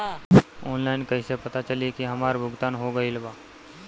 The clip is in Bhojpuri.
ऑनलाइन कईसे पता चली की हमार भुगतान हो गईल बा?